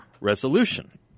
resolution